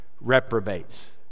reprobates